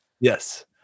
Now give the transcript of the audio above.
Yes